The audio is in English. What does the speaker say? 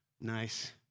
nice